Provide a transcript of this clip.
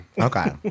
Okay